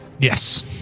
yes